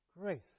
grace